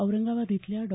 औरंगाबाद इथल्या डॉ